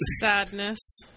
Sadness